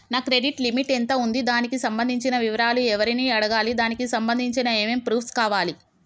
నా credit limit ఎంత ఉంది? దానికి సంబంధించిన వివరాలు ఎవరిని అడగాలి? దానికి సంబంధించిన ఏమేం ప్రూఫ్స్ కావాలి?